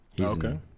okay